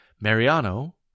Mariano